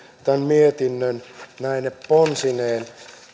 tämän mietinnön näine ponsineen